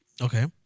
Okay